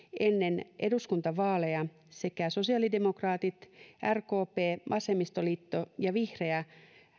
ennen eduskuntavaaleja sosiaalidemokraatit rkp vasemmistoliitto ja vihreät